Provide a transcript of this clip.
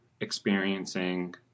experiencing